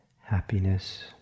happiness